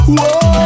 Whoa